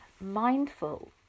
mindful